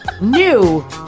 new